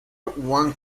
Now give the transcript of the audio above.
wang